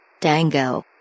Dango